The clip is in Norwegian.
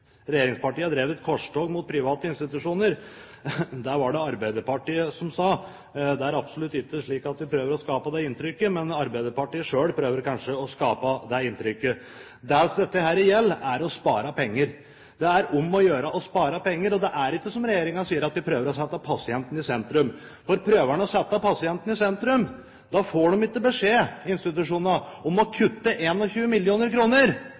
vi prøver å skape det inntrykket, men Arbeiderpartiet selv prøver kanskje å skape det inntrykket. Det som dette gjelder, er å spare penger. Det er om å gjøre å spare penger, og det er ikke som regjeringen sier, at de prøver å sette pasienten i sentrum. For prøver man å sette pasienten i sentrum, får ikke institusjonene beskjed om å